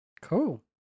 Cool